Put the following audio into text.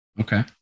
Okay